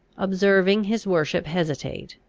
observing his worship hesitate,